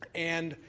and